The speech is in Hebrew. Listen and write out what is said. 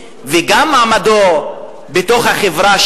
וגם מעמדו בחברה,